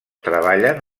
treballen